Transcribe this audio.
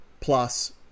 plus